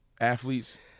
Athletes